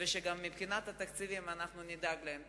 ושגם מבחינת התקציבים נדאג להם.